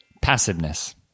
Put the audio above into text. passiveness